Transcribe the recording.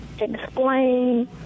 explain